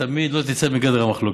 תמיד לא תצא מגדר המחלוקת.